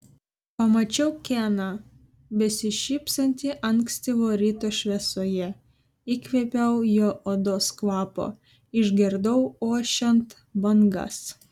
pamačiau keną besišypsantį ankstyvo ryto šviesoje įkvėpiau jo odos kvapo išgirdau ošiant bangas